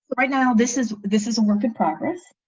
but right now, this is this is a work in progress